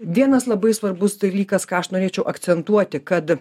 vienas labai svarbus dalykas ką aš norėčiau akcentuoti kad